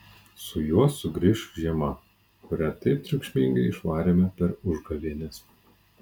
su juo sugrįš žiema kurią taip triukšmingai išvarėme per užgavėnes